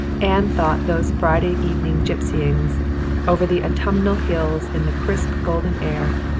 anne thought those friday evening gypsyings over the autumnal hills in the crisp golden air,